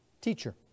teacher